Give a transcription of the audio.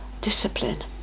Discipline